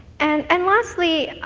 and and lastly,